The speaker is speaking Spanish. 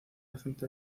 acento